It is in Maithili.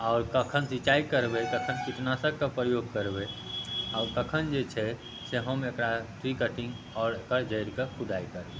आओर कखन सिँचाइ करबै कखन कीटनाशकके प्रयोग करबै आओर कखन जे छै से हम एकरा ट्री कटिङ्ग आओर एकर जड़िके खुदाइ करबै